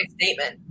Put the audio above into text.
statement